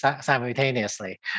simultaneously